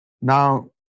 Now